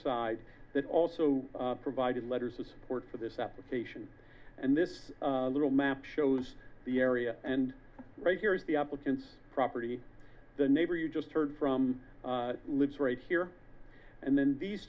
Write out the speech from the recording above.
side that also provided letters of support for this application and this little map shows the area and right here is the applicant's property the neighbor you just heard from lives right here and then these